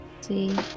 see